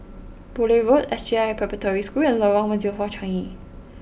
Poole Road S J I Preparatory School and Lorong one zero four Changi